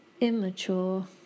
immature